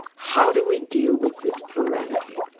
how do we deal with this plurality?